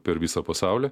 per visą pasaulį